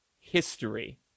history